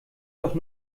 doch